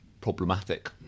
problematic